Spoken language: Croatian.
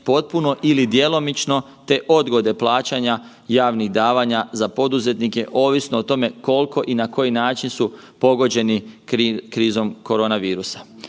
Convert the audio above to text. potpuno ili djelomično, te odgode plaćanja javnih davanja za poduzetnike ovisno o tome kolko i na koji način su pogođeni krizom koronavirusa.